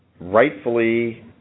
rightfully